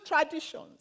traditions